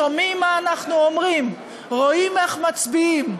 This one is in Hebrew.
שומעים מה אנחנו אומרים, רואים איך מצביעים.